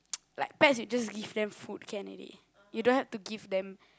like pets you just give them food can already you don't have to give them